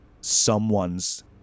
someone's